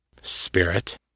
spirit